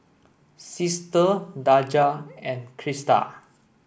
Sister Daja and Crista